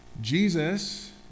Jesus